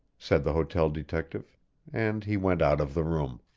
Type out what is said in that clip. said the hotel detective and he went out of the room.